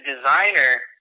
designer